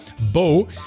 Bo